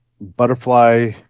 butterfly